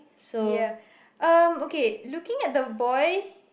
ya um okay looking at the boy